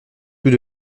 tout